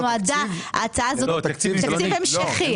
תקציב המשכי.